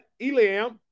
Eliam